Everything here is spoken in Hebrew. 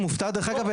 אגב,